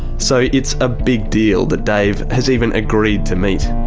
so it's a big deal that dave has even agreed to meet.